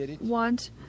want